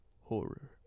Horror